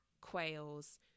quail's